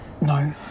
no